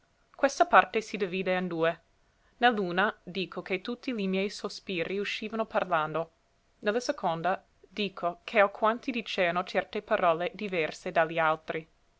questa parte si divide in due ne l'una dico che tutti li miei sospiri uscivano parlando ne la seconda dico che alquanti diceano certe parole diverse da gli altri